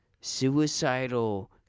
Suicidal